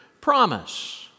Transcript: promise